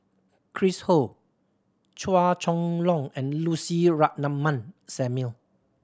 Chris Ho Chua Chong Long and Lucy Ratnammah Samuel